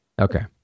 Okay